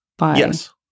Yes